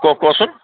ক কচোন